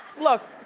look,